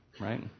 right